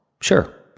sure